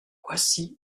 voici